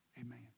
Amen